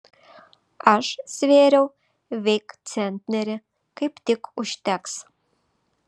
aš svėriau veik centnerį kaip tik užteks